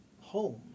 home